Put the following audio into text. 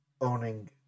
owning